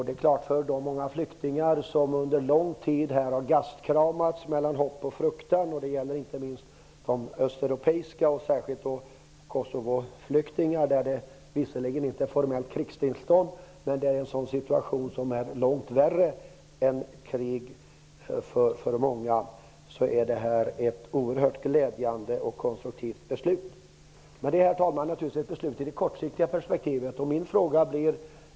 Det är klart att för de många flyktingar som under lång tid här har gastkramats och pendlat mellan hopp och fruktan -- det gäller inte minst östeuropeiska flyktingar och kosovoflyktingar, som kommer från områden där det visserligen inte är ett formellt krigstillstånd men där situationen kan vara långt värre -- är detta ett oerhört glädjande och konstruktivt beslut. Herr talman! Min fråga rör det mer långsiktiga perspektivet.